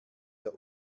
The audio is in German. der